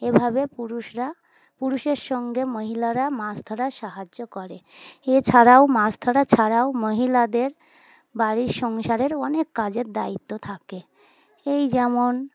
এভাবে পুরুষরা পুরুষের সঙ্গে মহিলারা মাছ ধরার সাহায্য করে এছাড়াও মাছ ধরা ছাড়াও মহিলাদের বাড়ির সংসারের অনেক কাজের দায়িত্ব থাকে এই যেমন